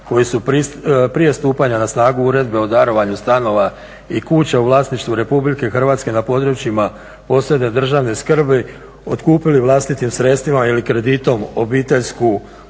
koji su prije stupanja na snagu uredbe o darovanju stanova i kuća u vlasništvu Republike Hrvatske na područjima posebne državne skrbi otkupili vlastitim sredstvima ili kreditom obiteljsku kuću